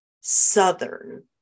southern